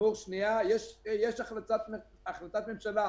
--- יש החלטת ממשלה.